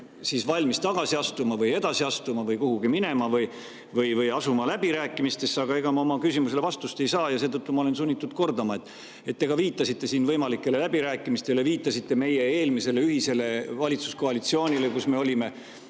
ta valmis tagasi astuma või edasi astuma või kuhugi minema või asuma läbirääkimistesse. Aga ega ma oma küsimusele vastust ei saa ja seetõttu olen ma sunnitud kordama. Te viitasite siin võimalikele läbirääkimistele, viitasite meie eelmisele ühisele valitsuskoalitsioonile, kus me olime.